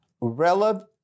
relevant